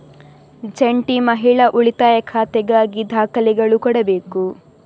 ಜಂಟಿ ಮಹಿಳಾ ಉಳಿತಾಯ ಖಾತೆಗಾಗಿ ದಾಖಲೆಗಳು ಕೊಡಬೇಕು